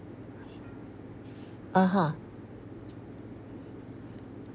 (uh huh)